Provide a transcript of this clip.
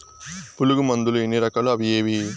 పులుగు మందులు ఎన్ని రకాలు అవి ఏవి?